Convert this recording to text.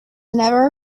never